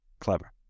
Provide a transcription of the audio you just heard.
clever